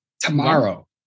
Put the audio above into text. tomorrow